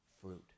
fruit